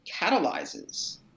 catalyzes